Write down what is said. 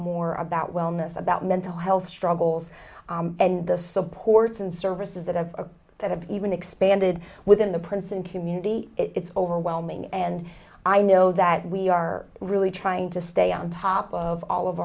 more about wellness about mental health struggles and the supports and services that have that have even expanded within the princeton community it's overwhelming and i know that we are really trying to stay on top of all of